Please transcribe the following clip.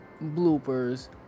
bloopers